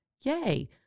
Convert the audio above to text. Yay